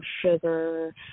sugar